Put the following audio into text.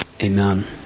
Amen